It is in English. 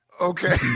Okay